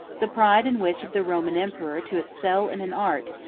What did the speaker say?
the pride and wish of the roman emperor to excel in an art,